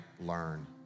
learn